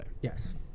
yes